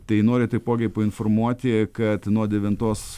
tai noriu taipogi painformuoti kad nuo devintos